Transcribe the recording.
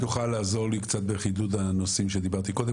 ואם תוכל לעזור לי קצת בחידוד הנושאים שדיברתי קודם.